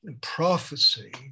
prophecy